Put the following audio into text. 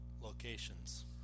locations